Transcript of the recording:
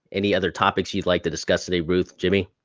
any other topics you'd like to discuss today, ruth, jimmy?